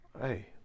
Hey